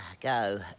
Go